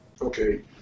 okay